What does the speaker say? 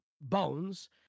bones